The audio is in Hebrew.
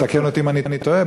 תתקן אותי אם אני טועה.